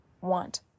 want